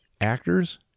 actors